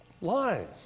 Lies